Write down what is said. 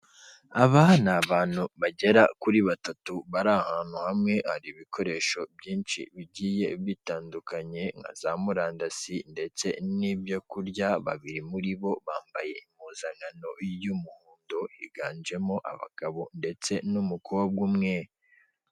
Aba ni abantu bagera kuri batatu bari ahantu hamwe, hari ibikoresho byinshi bigiye bitandukanye nka za murandasi ndetse n'ibyo kurya. Babiri muri bo bambaye impuzankano y'umuhondo, higanjemo abagabo ndetse n'umukobwa umwe.